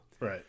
Right